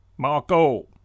Marco